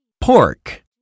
Pork